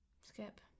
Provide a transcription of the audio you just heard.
Skip